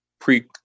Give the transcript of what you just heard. pre